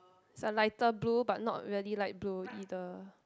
it's a lighter blue but not really light blue either